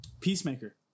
Peacemaker